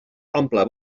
omple